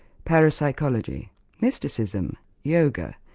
parapsychology, mysticism, yoga,